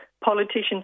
politicians